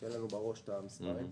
שיהיו לנו בראש המספרים.